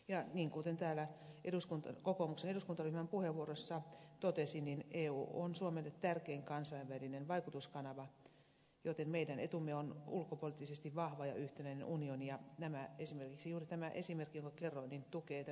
ja kuten täällä kokoomuksen eduskuntaryhmän puheenvuorossa totesin eu on suomelle tärkein kansainvälinen vaikutuskanava joten meidän etumme on ulkopoliittisesti vahva ja yhtenäinen unioni ja juuri tämä esimerkki jonka kerroin tukee tätä toimintaa